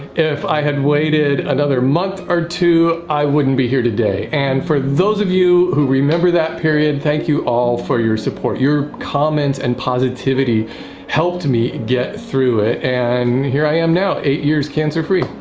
if i had waited another month or two i wouldn't be here today. and for those of you who remember that period, thank you all for your support. your comments and positivity helped me get through it and here i am now eight years cancer-free.